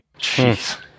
Jeez